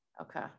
Okay